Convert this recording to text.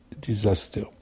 disaster